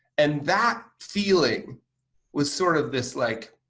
and that feeling was sort of this like,